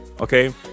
Okay